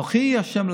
פוליטיים.